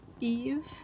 eve